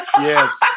yes